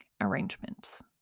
arrangements